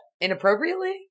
Inappropriately